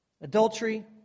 adultery